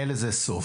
אין לזה סוף.